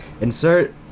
Insert